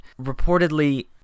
reportedly